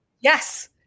Yes